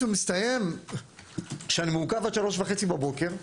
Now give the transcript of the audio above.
הוא מסתיים כשאני מעוכב עד 3:30 בבוקר.